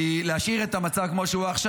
כי להשאיר את המצב כמו שהוא עכשיו,